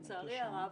לצערי הרב,